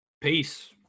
Peace